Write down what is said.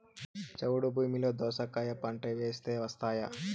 చౌడు భూమిలో దోస కాయ పంట వేస్తే వస్తాయా?